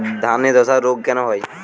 ধানে ধসা রোগ কেন হয়?